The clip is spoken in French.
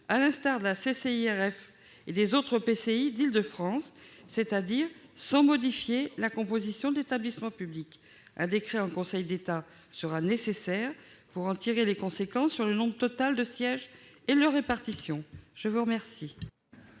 Paris Île-de-France et les autres EPCI d'Île-de-France, c'est-à-dire sans modifier la composition de l'établissement public. Un décret en Conseil d'État sera nécessaire pour en tirer les conséquences sur le nombre total de sièges et leur répartition. L'amendement